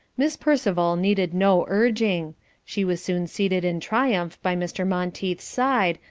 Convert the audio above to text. miss percival needed no urging she was soon seated in triumph by mr. monteith's side,